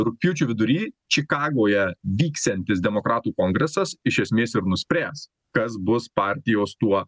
rugpjūčio vidury čikagoje vyksiantis demokratų kongresas iš esmės ir nuspręs kas bus partijos tuo